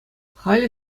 халӗ